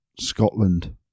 Scotland